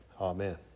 Amen